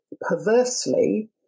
perversely